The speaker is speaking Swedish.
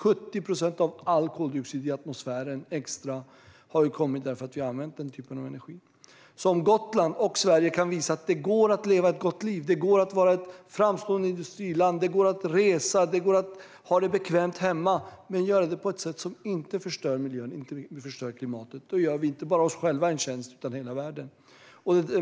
70 procent av all extra koldioxid i atmosfären har kommit därför att vi har använt den typen av energi. Om Gotland och Sverige kan visa att det går att leva ett gott liv i ett framstående industriland, resa och ha det bekvämt hemma på ett sätt som inte förstör miljön eller klimatet gör vi inte bara oss själva en tjänst, utan hela världen.